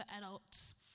adults